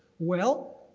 well,